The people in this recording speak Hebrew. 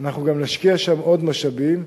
אנחנו גם נשקיע שם עוד משאבים,